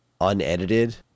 unedited